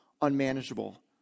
unmanageable